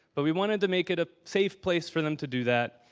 but we wanted to make it a safe place for them to do that.